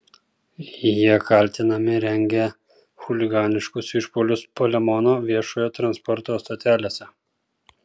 jie kaltinami rengę chuliganiškus išpuolius palemono viešojo transporto stotelėse